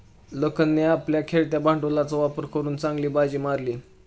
लखनने आपल्या खेळत्या भांडवलाचा वापर करून चांगली बाजी मारली